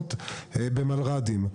שלמות במלר"דים.